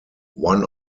one